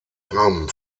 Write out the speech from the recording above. haben